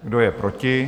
Kdo je proti?